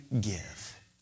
give